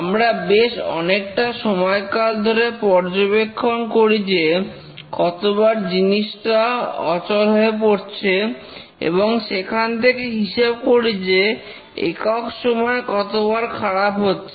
আমরা বেশ অনেকটা সময়কাল ধরে পর্যবেক্ষণ করি যে কতবার জিনিসটা অচল হয়ে পড়ছে এবং সেখান থেকে হিসেব করি যে একক সময়ে কতবার খারাপ হচ্ছে